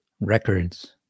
records